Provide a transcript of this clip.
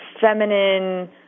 feminine